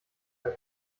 mehr